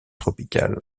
tropicale